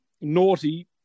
naughty